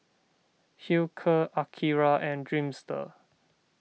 Hilker Akira and Dreamster